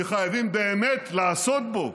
שחייבים באמת לעשות בו,